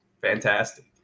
Fantastic